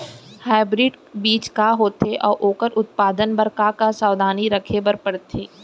Hybrid बीज का होथे अऊ ओखर उत्पादन बर का का सावधानी रखे बर परथे?